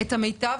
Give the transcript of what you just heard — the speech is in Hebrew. את המיטב